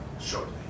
shortly